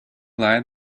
lie